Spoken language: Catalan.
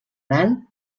dalt